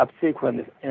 subsequent